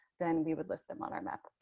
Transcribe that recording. then we would list them on our map.